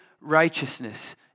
righteousness